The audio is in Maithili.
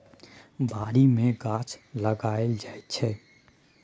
बारी मे गाछ लगाएल जाइ छै